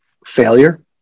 failure